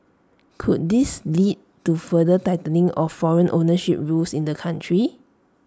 could this lead to further tightening of foreign ownership rules in the country